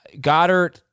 Goddard